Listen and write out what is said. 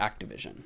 Activision